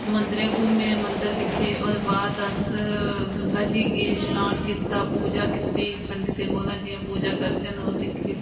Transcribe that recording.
मंदिर घुम्मे मंदिर दिक्खे ओह्दे बाद अस गंगा जी गे शनान करने गी शनान कीता पूजा कीती जियां फंडितें कोला पूजा करदे न ओह् कीती